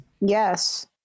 Yes